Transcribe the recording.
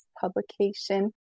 publication